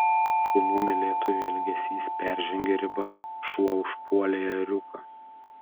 šunų mylėtojų elgesys peržengė ribas šuo užpuolė ėriuką